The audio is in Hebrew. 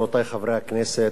רבותי חברי הכנסת,